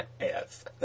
Yes